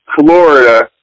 Florida